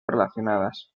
relacionadas